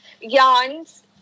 yarns